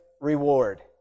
reward